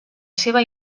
seva